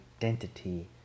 identity